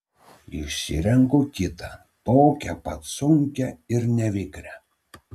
išsirenku kitą tokią pat sunkią ir nevikrią